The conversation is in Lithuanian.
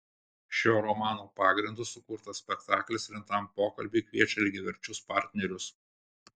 šio romano pagrindu sukurtas spektaklis rimtam pokalbiui kviečia lygiaverčius partnerius